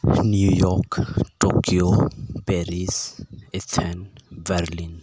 New York Tokyo Paris ᱤᱯᱷᱮᱱ Berlin